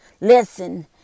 listen